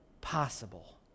possible